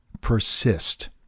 persist